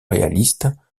réalistes